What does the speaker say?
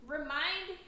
Remind